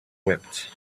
wept